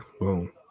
boom